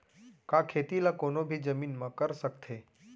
का खेती ला कोनो भी जमीन म कर सकथे?